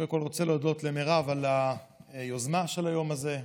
קודם כול אני רוצה להודות למירב על היוזמה של היום הזה.